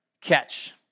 catch